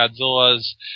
Godzilla's